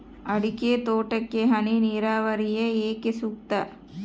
ಅಡಿಕೆ ತೋಟಕ್ಕೆ ಹನಿ ನೇರಾವರಿಯೇ ಏಕೆ ಸೂಕ್ತ?